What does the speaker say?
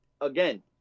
again